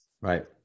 right